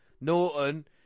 Norton